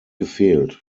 gefehlt